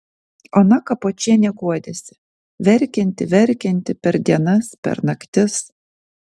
ona kapočienė guodėsi verkianti verkianti per dienas per naktis